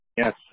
Yes